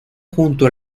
junto